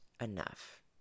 enough